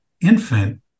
infant